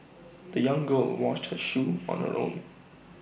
the young girl washed her shoes on her own